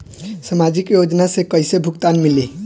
सामाजिक योजना से कइसे भुगतान मिली?